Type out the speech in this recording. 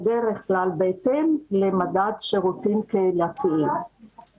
בדרך כלל בהתאם למדד שירותים קהילתיים,